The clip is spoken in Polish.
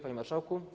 Panie Marszałku!